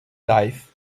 life